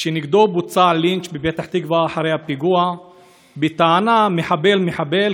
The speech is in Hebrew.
שנגדו בוצע הלינץ' בפתח-תקווה אחרי הפיגוע בטענה: "מחבל מחבל",